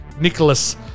Nicholas